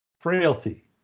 Frailty